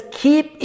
keep